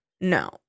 No